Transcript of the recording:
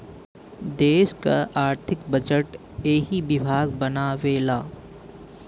देस क आर्थिक बजट एही विभाग बनावेला